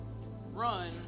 Run